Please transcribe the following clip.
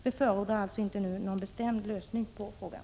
Vi förordar därför inte nu någon bestämd lösning på frågan.